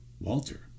Walter